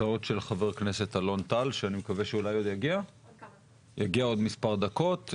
הצעות של חבר הכנסת אלון טל שיגיע עוד מספר דקות,